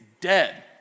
dead